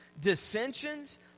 Dissensions